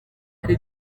hari